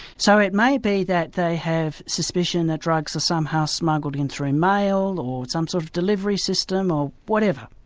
so it may be that they have suspicion that drugs are somehow smuggled in through mail, or some sort of delivery system, or whatever,